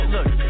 Look